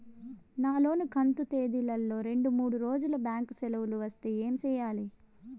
నా లోను కంతు తేదీల లో రెండు మూడు రోజులు బ్యాంకు సెలవులు వస్తే ఏమి సెయ్యాలి?